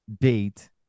date